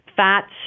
fats